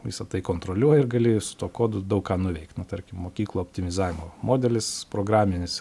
visa tai kontroliuoji ir gali su tuo kodu daug ką nuveikt na tarkim mokyklų optimizavimo modelis programinis